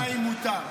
קריאות ביניים מותר.